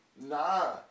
Nah